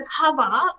cover